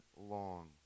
long